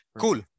Cool